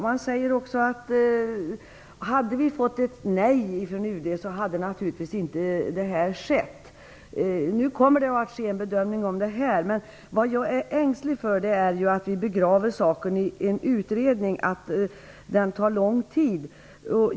Man säger också, att om man hade fått ett nej från UD hade det här naturligtvis inte skett. Nu kommer det att göras en bedömning av detta. Jag är ängslig för att vi begraver saken i en utredning, som tar lång tid.